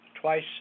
twice